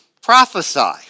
Prophesy